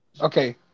Okay